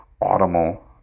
autumnal